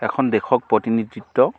এখন দেশক প্ৰতিনিধিত্ব